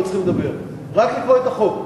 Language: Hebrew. לא צריך לדבר, רק לקרוא את החוק.